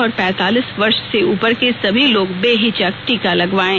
और पैंतालीस वर्ष से उपर के सभी लोग बेहिचक टीका लगवायें